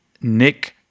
Nick